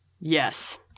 yes